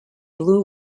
blue